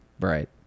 Right